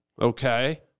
Okay